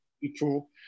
people